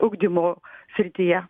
ugdymo srityje